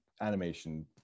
animation